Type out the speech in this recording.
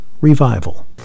Revival